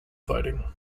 fighting